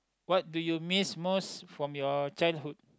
what do you miss most from your childhood